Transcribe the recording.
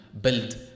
build